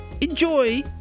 enjoy